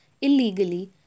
illegally